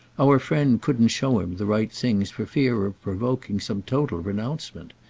our friend couldn't show him the right things for fear of provoking some total renouncement,